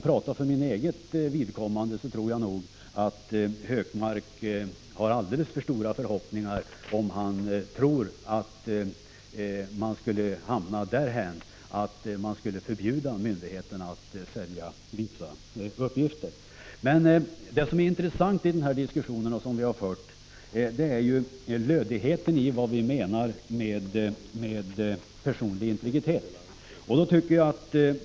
Personligen tror jag att Hökmark har alldeles för stora förhoppningar om han räknar med att man skulle förbjuda myndigheterna att sälja vissa uppgifter. En intressant fråga i den diskussion som.vi nu fört är lödigheten i vad vi menar med personlig integritet.